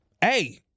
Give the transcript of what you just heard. Hey